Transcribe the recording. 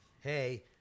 hey